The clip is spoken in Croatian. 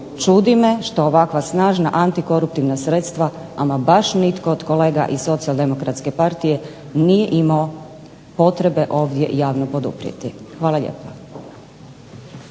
Čudi me što ovakva snažna antikoruptivna sredstva ama baš nitko od kolega iz Socijaldemokratske partije nije imao potrebe ovdje javno poduprijeti. Hvala lijepa.